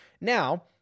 Now